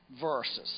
verses